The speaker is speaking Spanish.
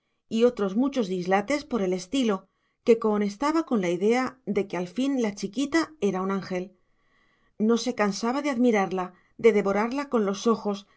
y otros muchos dislates por el estilo que cohonestaba con la idea de que al fin la chiquita era un ángel no se cansaba de admirarla de devorarla con los ojos